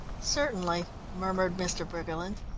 certainly, murmured mr. briggerland.